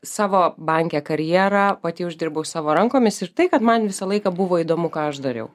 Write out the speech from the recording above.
savo banke karjerą pati uždirbau savo rankomis ir tai kad man visą laiką buvo įdomu ką aš dariau